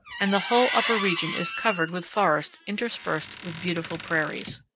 and the whole upper region is covered with forests interspersed with beautiful prairies.